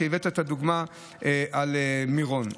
הבאת את הדוגמה על מירון,